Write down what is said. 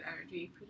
energy